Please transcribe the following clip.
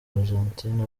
argentina